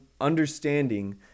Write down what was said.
understanding